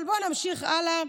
אבל בואו נמשיך הלאה,